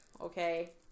okay